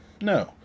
No